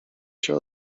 się